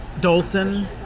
Dolson